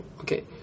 Okay